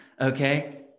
Okay